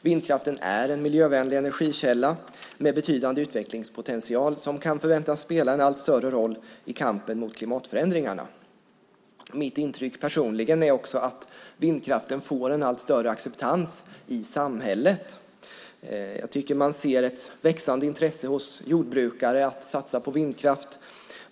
Vindkraften är en miljövänlig energikälla med betydande utvecklingspotential som kan förväntas spela en allt större roll i kampen mot klimatförändringarna. Mitt personliga intryck är också att vindkraften får en allt större acceptans i samhället. Jag tycker att man ser ett växande intresse hos jordbrukare av att satsa på vindkraft.